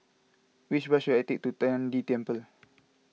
which bus should I take to Tian De Temple